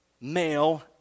male